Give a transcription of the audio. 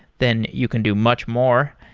then you can do much more.